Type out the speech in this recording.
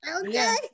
Okay